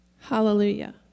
hallelujah